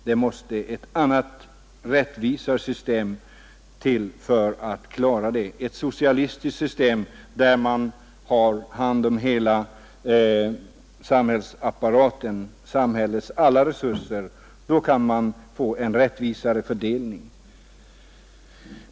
Det måste ett annat, rättvisare system till för att klara detta — ett socialistiskt system där man har hand om hela samhällsapparaten, om samhällets alla resurser. Då kan man få en rättvisare fördelning.